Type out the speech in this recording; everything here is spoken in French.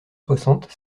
soixante